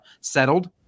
settled